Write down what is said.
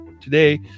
today